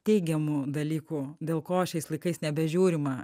teigiamų dalykų dėl ko šiais laikais nebežiūrima